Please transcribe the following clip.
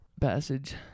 passage